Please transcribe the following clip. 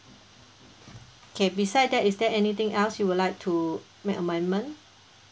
okay beside that is there anything else you would like to make amendment